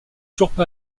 toujours